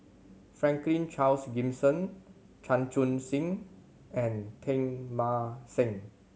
Franklin Charles Gimson Chan Chun Sing and Teng Mah Seng